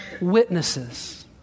witnesses